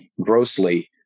grossly